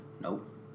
Nope